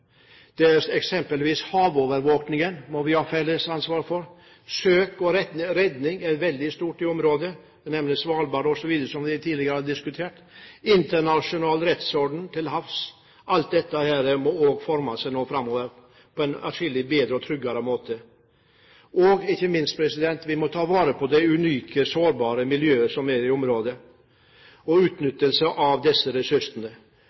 Eksempelvis må vi ha felles ansvar for havovervåkningen, for søk og redning i et veldig stort område – jeg kan nevne Svalbard osv., som vi tidligere har diskutert – og internasjonal rettsorden til havs. Alt dette må framover formes på en atskillig bedre og tryggere måte. Ikke minst må vi ta vare på det unike, sårbare miljøet som er i området, og vi må utnytte ressursene.